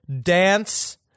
Dance